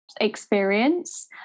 experience